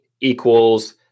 equals